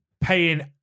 paying